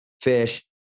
fish